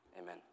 Amen